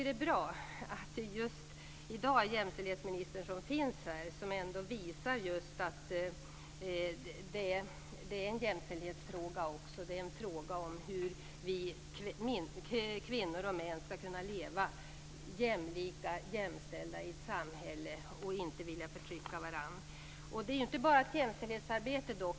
Det är bra att jämställdhetsministern finns här just i dag och visar att detta också är en jämställdhetsfråga - en fråga om hur kvinnor och män skall kunna leva jämlika och jämställda i ett samhälle och inte vilja förtrycka varandra. Detta är dock inte bara ett jämställdhetsarbete.